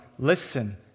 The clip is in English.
Listen